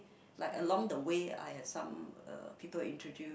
like along the way I have some uh people introduce